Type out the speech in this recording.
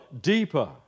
deeper